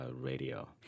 radio